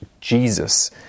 Jesus